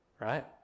right